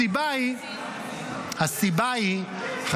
הסיבה היא --- מה זה קשור לתקציב?